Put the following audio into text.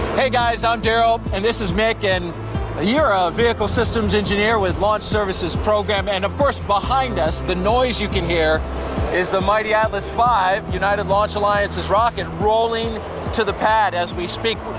hey guys, i'm derrol and this is mic and you're a vehicle systems engineer with launch services program. and of course, behind us the noise you can hear is the mighty atlas v, united launch alliance's rocket rolling to the pad as we speak.